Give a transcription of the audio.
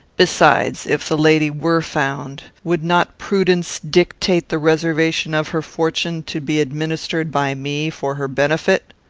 besides, if the lady were found, would not prudence dictate the reservation of her fortune to be administered by me, for her benefit?